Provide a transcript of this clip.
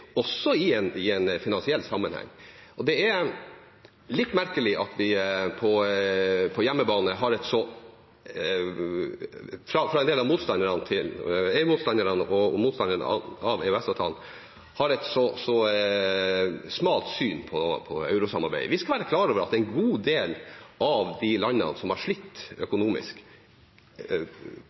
også i en finansiell sammenheng. Det er litt merkelig at man på hjemmebane fra en del av EU-motstanderne og motstanderne av EØS-avtalen har et så smalt syn på eurosamarbeidet. Vi skal være klar over at en god del av de landene som har slitt økonomisk,